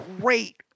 great